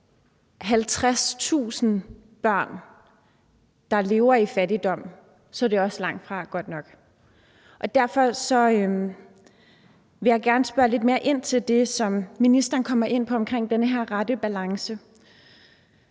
50.000 børn, der lever i fattigdom, så er det jo også langtfra godt nok. Derfor vil jeg gerne spørge lidt mere ind til det, som ministeren kommer ind på, omkring den her rette balance.